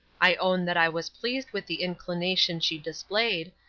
i own that i was pleased with the inclination she displayed,